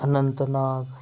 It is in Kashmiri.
اننتہٕ ناگ